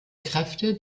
kräfte